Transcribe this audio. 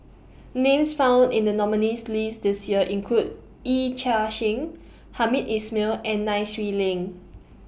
Names found in The nominees' list This Year include Yee Chia Hsing Hamed Ismail and Nai Swee Leng